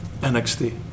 nxt